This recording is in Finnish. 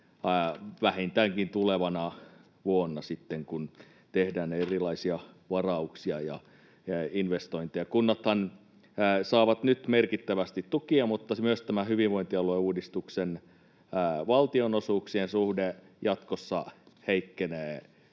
vähintäänkin tulevana vuonna sitten, kun tehdään erilaisia varauksia ja investointeja. Kunnathan saavat nyt merkittävästi tukia, mutta myös tämä hyvinvointialueuudistuksen valtionosuuksien suhde jatkossa heikkenee.